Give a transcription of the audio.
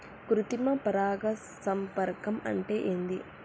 కృత్రిమ పరాగ సంపర్కం అంటే ఏంది?